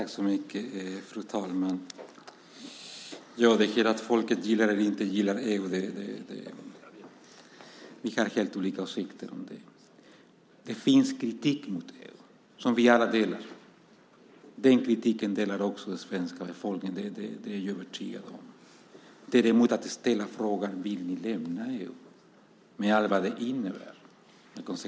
Fru talman! Det här att folket gillar eller inte gillar EU - vi har helt olika åsikter där. Det finns kritik mot EU som vi alla delar. Den kritiken delar också svenska folket; det är jag övertygad om. Man kan förstås ställa frågan: Vill ni lämna EU, med allt vad det innebär?